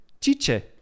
Chiche